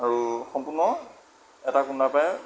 আৰু সম্পূৰ্ণ এটা কুন্দাৰ পৰাই